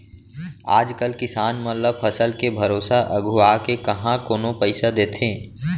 आज कल किसान मन ल फसल के भरोसा अघुवाके काँहा कोनो पइसा देथे